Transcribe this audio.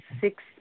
six